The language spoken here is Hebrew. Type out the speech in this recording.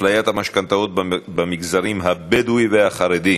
אפליית המשכנתאות במגזר הבדואי ובמגזר החרדי,